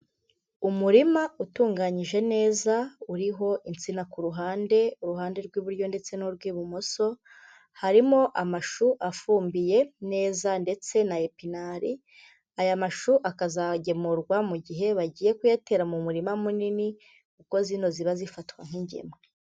Umurima utunganyije neza uriho insina ku ruhande, uruhande rw'iburyo ndetse n'urw'ibumoso, harimo amashu afumbiye neza ndetse na epinari, aya mashu akazagemurwa mu gihe bagiye kuyatera mu murima munini kuko zino ziba zifatwa nk'ingemwe.